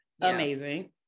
Amazing